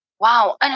wow